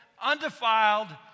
undefiled